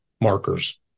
markers